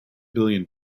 billion